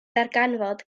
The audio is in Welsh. ddarganfod